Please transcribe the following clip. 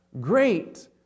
great